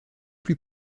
plus